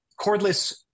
cordless